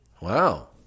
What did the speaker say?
Wow